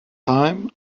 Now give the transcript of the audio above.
time